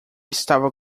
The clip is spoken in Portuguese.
estava